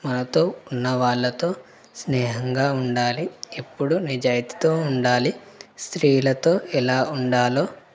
మనతో ఉన్నవాళ్ళతో స్నేహంగా ఉండాలి ఎప్పుడు నిజాయితీతో ఉండాలి స్త్రీలతో ఎలా ఉండాలో